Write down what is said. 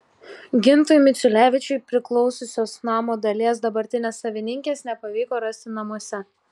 gintui miciulevičiui priklausiusios namo dalies dabartinės savininkės nepavyko rasti namuose